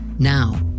Now